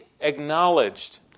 acknowledged